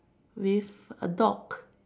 with a dog